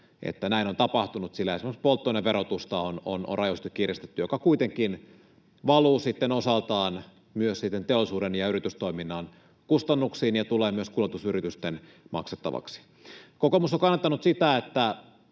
että näin on tapahtunut, sillä esimerkiksi polttoaineverotusta on rajusti kiristetty, mikä kuitenkin valuu sitten osaltaan myös niihin teollisuuden ja yritystoiminnan kustannuksiin ja tulee myös kuljetusyritysten maksettavaksi. Kokoomus on kannattanut sitä,